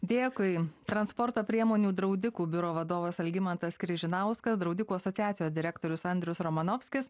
dėkui transporto priemonių draudikų biuro vadovas algimantas križinauskas draudikų asociacijos direktorius andrius romanovskis